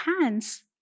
hands